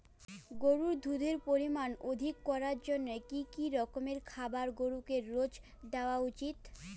গরুর দুধের পরিমান অধিক করার জন্য কি কি রকমের খাবার গরুকে রোজ দেওয়া উচিৎ?